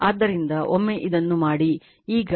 ಆದ್ದರಿಂದ ಒಮ್ಮೆ ಇದನ್ನು ಮಾಡಿ ಈಗ In